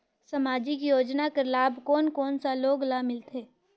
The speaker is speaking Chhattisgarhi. समाजिक योजना कर लाभ कोन कोन सा लोग ला मिलथे?